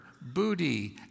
booty